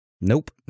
Nope